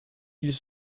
ils